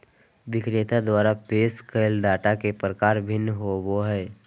विक्रेता द्वारा पेश कइल डेटा के प्रकार भिन्न होबो हइ